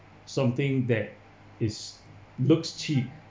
something that is looks cheap